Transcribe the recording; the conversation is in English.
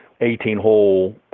18-hole